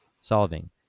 solving